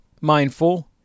mindful